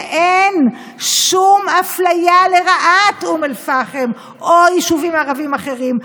שאין שום אפליה לרעת אום אל-פחם או יישובים ערביים אחרים.